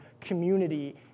community